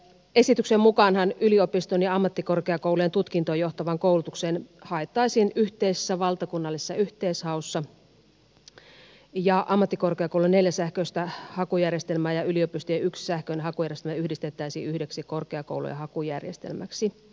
esityksen mukaanhan yliopistojen ja ammattikorkeakoulujen tutkintoon johtavaan koulutukseen haettaisiin yhteisessä valtakunnallisessa yhteishaussa ja ammattikorkeakoulun neljä sähköistä hakujärjestelmää ja yliopistojen yksi sähköinen hakujärjestelmä yhdistettäisiin yhdeksi korkeakoulujen hakujärjestelmäksi